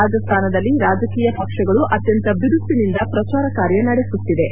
ರಾಜಸ್ಥಾನದಲ್ಲಿ ರಾಜಕೀಯ ಪಕ್ಷಗಳು ಅತ್ಯಂತ ಬಿರುಸಿನಿಂದ ಪ್ರಚಾರ ಕಾರ್ಯ ನಡೆಸುತ್ತಿವೆ